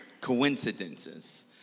coincidences